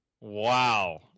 Wow